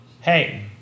Hey